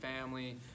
family